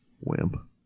Wimp